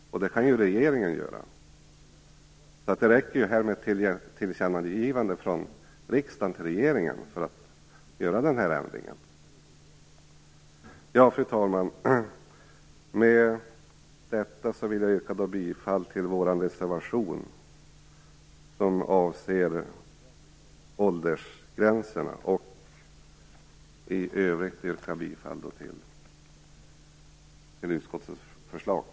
Det kan regeringen göra. Det räcker alltså med ett tillkännagivande från riksdagen till regeringen för att åstadkomma en ändring här. Fru talman! Med detta vill jag yrka bifall till vår reservation som avser åldersgränserna. I övrigt yrkar jag bifall till utskottets hemställan.